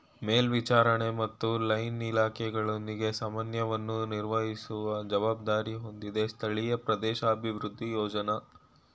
ಮೇಲ್ವಿಚಾರಣೆ ಮತ್ತು ಲೈನ್ ಇಲಾಖೆಗಳೊಂದಿಗೆ ಸಮನ್ವಯವನ್ನು ನಿರ್ವಹಿಸುವ ಜವಾಬ್ದಾರಿ ಹೊಂದಿದೆ ಸ್ಥಳೀಯ ಪ್ರದೇಶಾಭಿವೃದ್ಧಿ ಯೋಜ್ನ